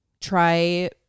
try